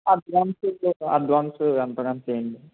advance advance ఎంతో కొంత ఇవ్వండి